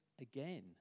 again